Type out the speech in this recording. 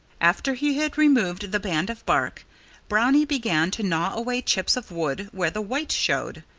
after he had removed the band of bark brownie began to gnaw away chips of wood, where the white showed.